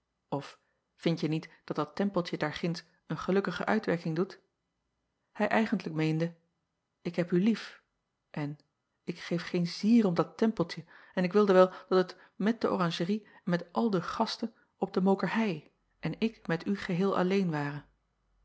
of vindje niet dat dat tempeltje daarginds een gelukkige uitwerking doet hij eigentlijk meende ik heb u lief en ik geef geen zier om dat tempeltje en ik wilde wel dat het met de oranjerie en met al de gasten op de ookerhei en ik met u geheel alleen ware